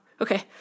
Okay